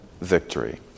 victory